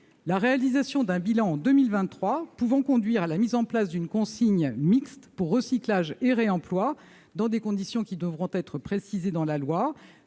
la réalisation, en 2023, d'un bilan pouvant conduire à la mise en place d'une consigne mixte pour recyclage et réemploi dans des conditions qui devront être précisées dans la loi